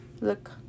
look